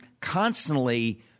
constantly—